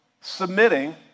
submitting